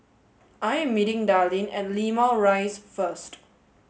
I am meeting Darlene at Limau Rise first